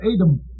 adam